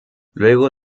luego